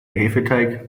hefeteig